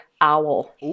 Owl